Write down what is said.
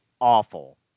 awful